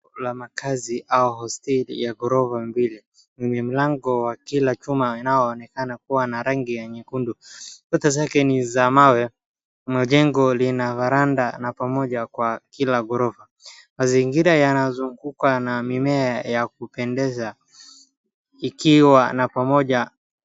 La makazi au hosteli la ghorofa mbili lenye mlango wa kila chuma inayoonekana kuwa na rangi ya nyekundu, kuta zake ni za mawe, Mjengo lina varanda na pamoja kwa kila ghorofa, Mazingira yanazungukwa na mimea ya kupendeza ikiwa na pamoja.